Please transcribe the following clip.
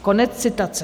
Konec citace.